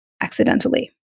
accidentally